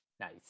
Nice